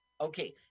Okay